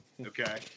Okay